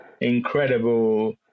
incredible